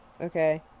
Okay